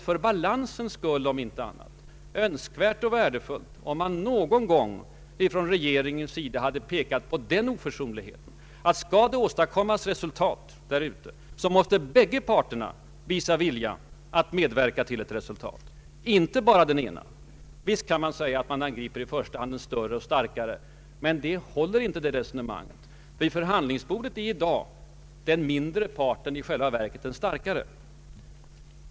För balansens skull, om inte annat, hade det varit önskvärt och värdefullt om den svenska regeringen någon gång hade pekat på den oförsonligheten. Båda parter måste medverka och visa god vilja om det skall kunna åstadkommas något resultat i Paris. Visst kan man säga att det i första hand är den större och starkare parten som bör ge med sig, men det resonemanget håller inte. Även den andra parten måste visa någon förhandlingsvilja. Vid förhandlingsbordet är i dag den mindre parten i själva verket den starkaste.